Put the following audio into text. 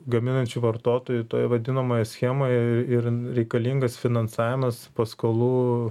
gaminančių vartotojų toj vadinamoje schemoje ir reikalingas finansavimas paskolų